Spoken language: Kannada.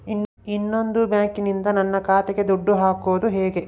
ಇನ್ನೊಂದು ಬ್ಯಾಂಕಿನಿಂದ ನನ್ನ ಖಾತೆಗೆ ದುಡ್ಡು ಹಾಕೋದು ಹೇಗೆ?